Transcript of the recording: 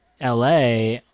LA